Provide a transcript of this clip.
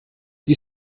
die